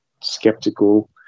skeptical